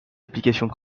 applications